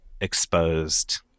exposed